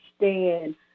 understand